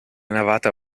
navata